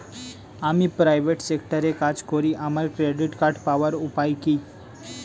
আমি প্রাইভেট সেক্টরে কাজ করি আমার ক্রেডিট কার্ড পাওয়ার উপায় কি?